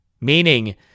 Meaning